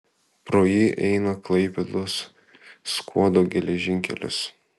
pro jį eina klaipėdos skuodo geležinkelis